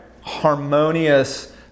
harmonious